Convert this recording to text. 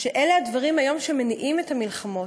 שאלה הדברים שמניעים היום את המלחמות,